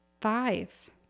five